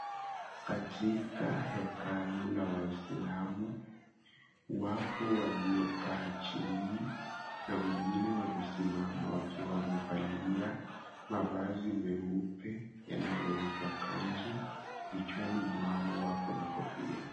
Katika hekalu la waislamu, wapo waliokaa chini na wengine wamesimama wakiwa wamevalia mavazi meupe yanayoitwa kanzu. Vichwani mwao wapo na kofia.